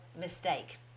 mistake